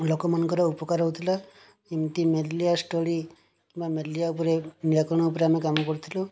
ଲୋକମାନଙ୍କର ଉପକାର ହେଉଥିଲା ଏମିତି ମେଲେରିଆ ଷ୍ଟଡ଼ି କିମ୍ବା ମେଲେରିଆ ଉପରେ ନିରାକରଣ ଉପରେ ଆମେ କାମ କରିଥିଲୁ